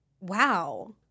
wow